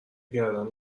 گردن